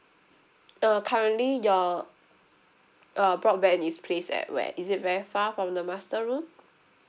uh currently your uh broadband is placed at where is it very far from the master room